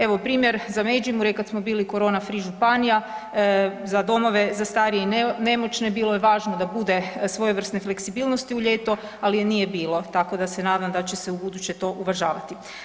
Evo, primjer za Međumurje, kada smo bili korona-free županija, za domove za starije i nemoćne bilo je važno da bude svojevrsne fleksibilnosti u ljeto, ali je nije bilo, tako da se nadam da će se ubuduće to uvažavati.